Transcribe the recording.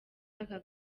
aka